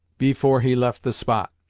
before he left the spot.